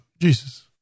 Jesus